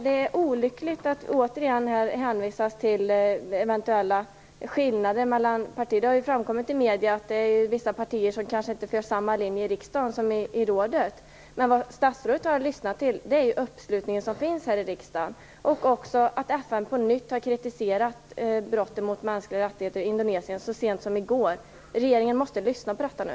Det är olyckligt att det återigen hänvisas till eventuella skillnader. Det har ju framkommit i medierna att det finns vissa partier som kanske inte för samma linje i riksdagen som i rådet. Men statsrådet har att lyssna till den uppslutning som finns här i riksdagen och också till att FN på nytt har kritiserat brotten mot mänskliga rättigheter i Indonesien så sent som i går. Regeringen måste lyssna på detta nu!